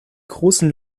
großen